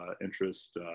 interest